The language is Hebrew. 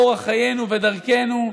אורח חיינו ודרכנו,